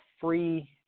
free